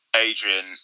Adrian